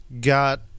got